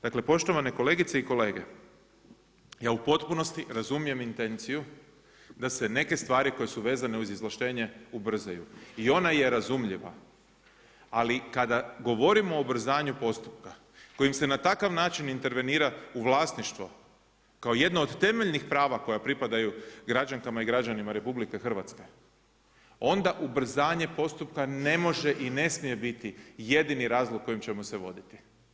Dakle, poštovane kolegice i kolege, ja u potpunosti razumijem intenciju da se neke stvari koje su vezane uz izvlaštenje ubrzaju i ona je razumljiva ali kada govorimo o ubrzanju postupka, kojim se na takav način intervenira u vlasništvo, kao jedna od temeljnih prava koja pripadaju građanka i građanima RH, onda ubrzanje postupka ne može i ne smije biti jedini razlog kojim ćemo se voditi.